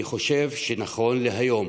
אני חושב שנכון היום,